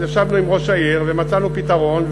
אז ישבנו עם ראש העיר ומצאנו פתרון,